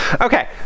Okay